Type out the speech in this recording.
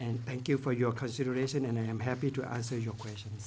and thank you for your consideration and i am happy to i say your question